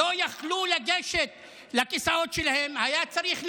לא יכלו לגשת לכיסאות שלהם, היה צריך להמתין.